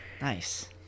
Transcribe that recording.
Nice